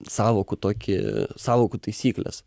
sąvokų tokį sąvokų taisykles